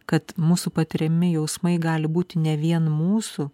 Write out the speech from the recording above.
kad mūsų patiriami jausmai gali būti ne vien mūsų